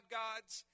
gods